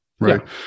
right